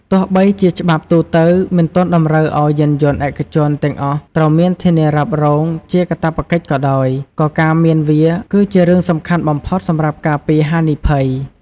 ទោះបីជាច្បាប់ទូទៅមិនទាន់តម្រូវឲ្យយានយន្តឯកជនទាំងអស់ត្រូវមានធានារ៉ាប់រងជាកាតព្វកិច្ចក៏ដោយ ក៏ការមានវាគឺជារឿង សំខាន់បំផុតសម្រាប់ការពារហានិភ័យ។